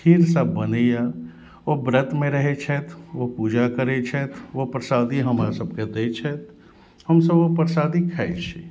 खीर सब बनैया ओ व्रतमे रहै छथि ओ पूजा करै छथि ओ परसादी हमरा सबके दै छथि हमसब ओ परसादी खाइ छी